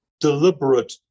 deliberate